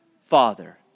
father